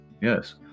Yes